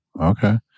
okay